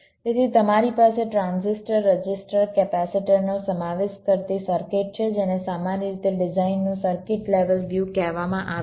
તેથી તમારી પાસે ટ્રાન્ઝિસ્ટર રજિસ્ટર કેપેસિટરનો સમાવેશ કરતી સર્કિટ છે જેને સામાન્ય રીતે ડિઝાઇનનું સર્કિટ લેવલ વ્યૂ કહેવામાં આવે છે